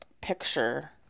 picture